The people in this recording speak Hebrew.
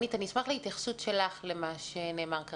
אני אשמח להתייחסות שלך למה שנאמר כרגע.